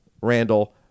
Randall